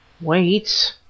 Wait